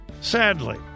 Sadly